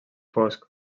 fosc